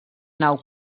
nau